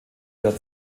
der